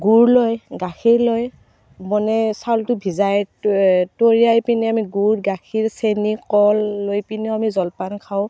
গুড় লৈ গাখীৰ লৈ মানে চাউলটো ভিজাই তৈয়াৰি পিনে আমি গুড় গাখীৰ চেনি কল লৈ পিনেও আমি জলপান খাওঁ